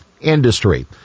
Industry